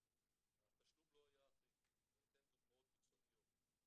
התשלום לא היה אחיד ואני אתן דוגמאות קיצוניות: